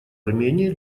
армении